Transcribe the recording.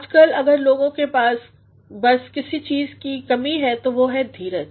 आजकल अगर लोगों के बस किसी चीज़ की कमी है वह है धीरज